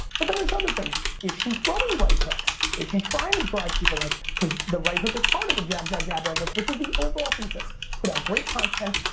but then there's other things. is she throwing right hooks? is she trying to drive people? like, cause the right hook is part of the jab jab jab right hook, which is the overall thesis. put out great content,